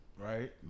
Right